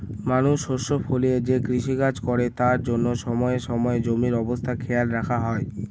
মানুষ শস্য ফলিয়ে যে কৃষিকাজ করে তার জন্য সময়ে সময়ে জমির অবস্থা খেয়াল রাখা হয়